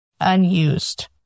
unused